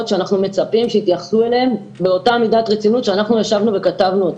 שאנחנו מצפים שיתייחסו אליהם באותה מידת רצינות שאנחנו ישבנו וכתבנו אותם.